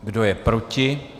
Kdo je proti?